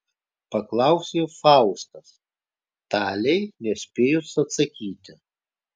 paklausė faustas talei nespėjus atsakyti